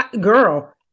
girl